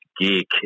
geek